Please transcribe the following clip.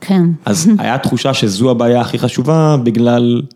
‫כן. ‫-אז הייתה תחושה שזו הבעיה ‫הכי חשובה בגלל...